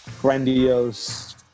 grandiose